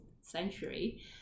century